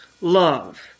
love